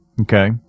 Okay